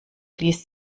ließ